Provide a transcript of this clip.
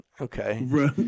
Okay